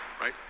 right